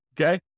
Okay